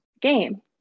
game